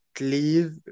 leave